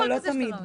לא תמיד.